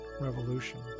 Revolution